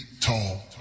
tall